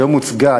היום הוצגה,